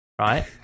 right